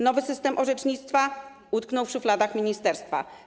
Nowy system orzecznictwa utknął w szufladach ministerstwa.